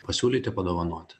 pasiūlyti padovanoti